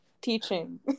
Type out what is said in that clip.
teaching